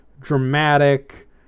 dramatic